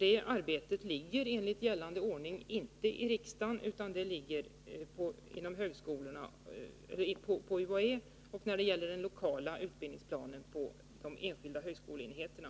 Det arbetet åligger enligt gällande ordning inte riksdagen utan UHÄ och när det gäller lokala utbildningsplaner de enskilda högskoleenheterna.